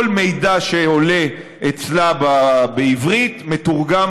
וכל מידע שעולה אצלה בעברית מתורגם